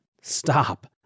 Stop